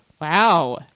Wow